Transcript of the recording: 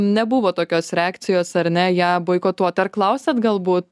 nebuvo tokios reakcijos ar ne ją boikotuot ar klausėt galbūt